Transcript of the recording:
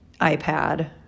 iPad